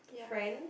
friend